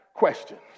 questions